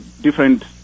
different